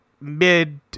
Mid